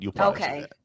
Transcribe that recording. Okay